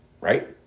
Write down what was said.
right